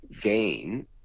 gain